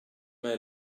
may